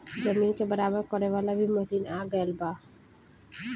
जमीन के बराबर करे वाला भी मशीन आ गएल बा